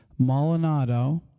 Molinado